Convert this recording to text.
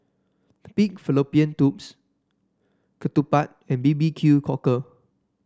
Pig Fallopian Tubes ketupat and B B Q Cockle